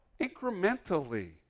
Incrementally